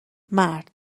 مرد